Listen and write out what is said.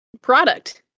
product